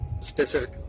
specific